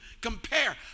compare